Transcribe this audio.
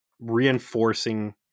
reinforcing